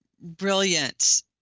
brilliant